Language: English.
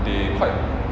they quite